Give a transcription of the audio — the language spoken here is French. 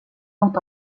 fort